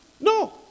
No